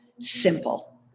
simple